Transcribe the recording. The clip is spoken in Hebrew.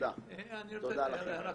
אני רוצה להעיר הערה קטנה.